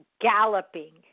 galloping